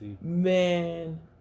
Man